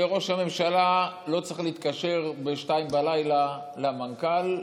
שראש הממשלה לא צריך להתקשר ב-02:00 למנכ"ל,